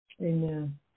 Amen